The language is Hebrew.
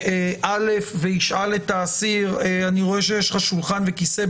2(א) וישאל את האסיר: אני רואה שיש לך שולחן וכיסא,